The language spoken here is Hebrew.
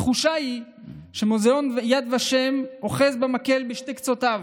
התחושה היא שמוזיאון יד ושם אוחז במקל בשני קצותיו: